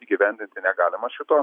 įgyvendinti negalima šito